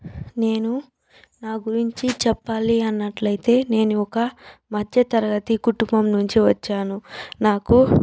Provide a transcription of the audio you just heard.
నేను నా గురించి చెప్పాలి అన్నట్లయితే నేను ఒక మధ్యతరగతి కుటుంబం నుంచి వచ్చాను నాకు